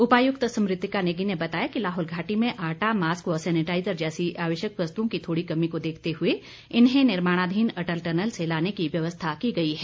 उपायुक्त स्मृतिका नेगी ने बताया कि लाहौल घाटी में आटा मास्क व सेनेटाइजर जैसी आवश्यक वस्तुओं की थोड़ी कमी को देखते हुए इन्हें निर्माणाधीन अटल टनल से लाने की व्यवस्था की गई है